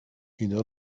اینا